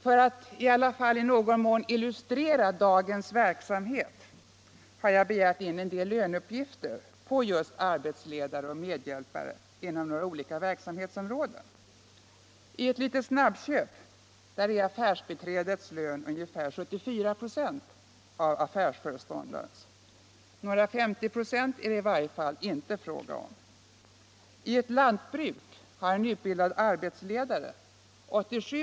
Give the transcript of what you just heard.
För att i alla fall i någon mån illustrera dagens verklighet har jag begärt in en del löneuppgifter på just arbetsledare och medhjälpare inom några olika verksamhetsområden. I ett litet snabbköp är affärsbiträdets lön ungefär Nr 76 74 ". av affärsföreståndarens. Några 50 ". är det i varje fall inte fråga om. Fredagen den I ett lantbruk har en utbildad arbetsledare 87 ".